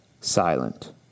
silent